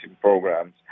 programs